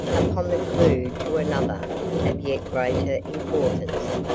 upon the clue to another of yet greater importance,